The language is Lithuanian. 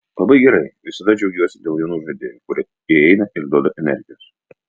labai gerai visada džiaugiuosi dėl jaunų žaidėjų kurie įeina ir duoda energijos